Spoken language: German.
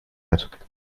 hat